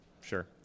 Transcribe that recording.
Sure